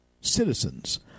citizens